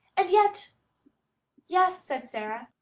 and yet yes, said sara,